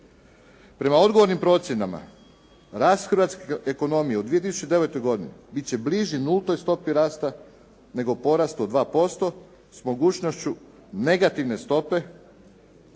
Prema odgovornim procjenama rast hrvatske ekonomije u 2009. godini, bit će bliži nultoj stopi rasta nego porast od 2% s mogućnošću negativne stope,